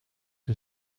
een